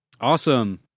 Awesome